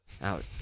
out